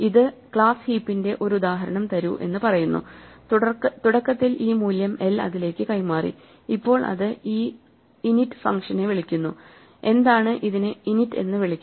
ഇത് ക്ലാസ് ഹീപ്പിന്റെ ഒരു ഉദാഹരണം തരൂ എന്ന് പറയുന്നു തുടക്കത്തിൽ ഈ മൂല്യം l അതിലേക്ക് കൈമാറി ഇപ്പോൾ ഇത് ഈ init ഫംഗ്ഷനെ വിളിക്കുന്നു എന്താണ് ഇതിനെ init എന്ന് വിളിക്കുന്നത്